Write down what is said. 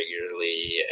regularly